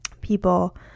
people